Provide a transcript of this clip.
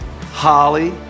Holly